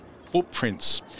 footprints